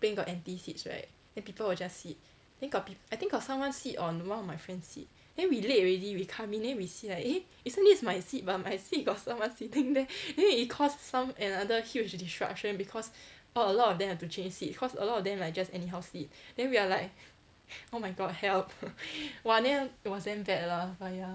plane got empty seats right then people will just sit then got peop~ I think got someone sit on one of my friend's seat then we late already we come in then we see like eh isn't this my seat but my seat got someone sitting there then it caused some another huge disruption because a lot of them have to change seat cause a lot of them like just anyhow sit then we are like oh my god help !wah! then it was damn bad lah but ya